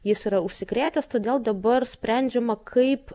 jis yra užsikrėtęs todėl dabar sprendžiama kaip